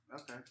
Okay